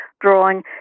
drawing